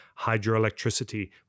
hydroelectricity